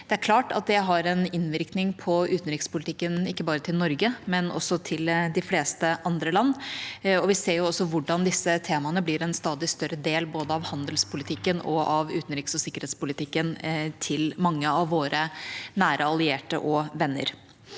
Det er klart at det har en innvirkning på utenrikspolitikken, ikke bare til Norge, men også til de fleste andre land. Vi ser også hvordan disse temaene blir en stadig større del av både handelspolitikken og utenriks- og sikkerhetspolitikken til mange av våre nære allierte og venner.